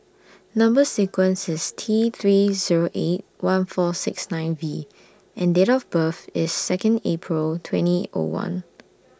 Number sequence IS T three Zero eight one four six nine V and Date of birth IS Second April twenty O one